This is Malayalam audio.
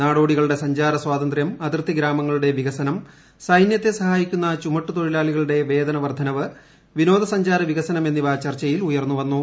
നാടോടികളുടെ സഞ്ചാര സ്വാതന്ത്ര്യം അതിർത്തി ഗ്രാമങ്ങളുടെ വികസനം സൈനൃത്തെ സഹായിക്കുന്ന ചുമട്ടുതൊഴിലാളികളുടെ വേതന വർദ്ധനവ് വിനോദ സഞ്ചാര വികസനം എന്നിവ ചർച്ചയില് ഉയർന്നുവന്നു